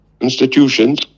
institutions